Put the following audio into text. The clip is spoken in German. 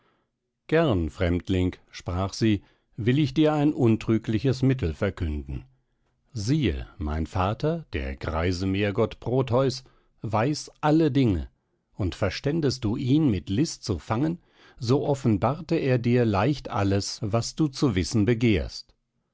gern fremdling sprach sie will ich dir ein untrügliches mittel verkünden siehe mein vater der greise meergott proteus weiß alle dinge und verständest du ihn mit list zu fangen so offenbarte er dir leicht alles was du zu wissen begehrst